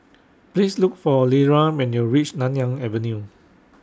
Please Look For Lera when YOU REACH Nanyang Avenue